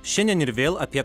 šiandien ir vėl apie